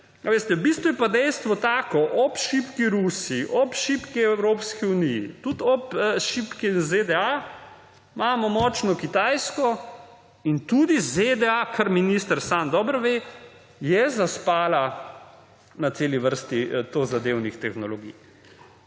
V bistvu je pa dejstvo tako: ob šibki Rusiji, ob šibki Evropski uniji, tudi ob šibki ZDA imamo močno Kitajsko. In tudi ZDA, kar minister sam dobro ve, je zaspala na celi vrsti tozadevnih tehnologij.